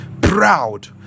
proud